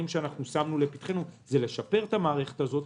ששמנו לפתחנו זה לשפר את המערכת הזאת.